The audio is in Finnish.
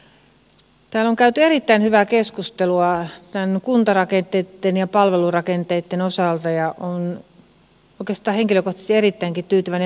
täällä on käyty erittäin hyvää keskustelua kuntarakenteitten ja palvelurakenteitten osalta ja olen oikeastaan henkilökohtaisesti erittäinkin tyytyväinen